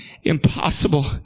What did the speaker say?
impossible